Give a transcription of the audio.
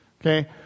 Okay